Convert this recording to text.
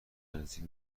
نزدیک